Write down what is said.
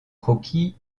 croquis